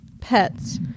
pets